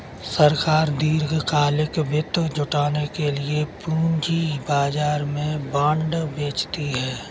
सरकार दीर्घकालिक वित्त जुटाने के लिए पूंजी बाजार में बॉन्ड बेचती है